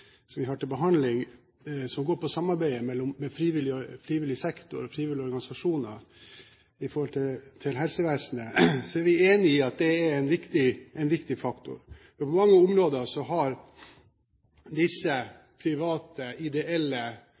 forslaget vi har til behandling, det som gjelder samarbeidet mellom frivillig sektor, frivillige organisasjoner i forhold til helsevesenet, er vi enig i er en viktig faktor. På mange områder har disse private ideelle